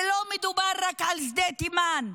ולא מדובר רק על שדה תימן.